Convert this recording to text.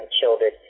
children